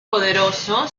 poderoso